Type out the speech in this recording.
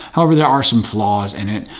however, there are some flaws in it,